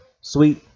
sweet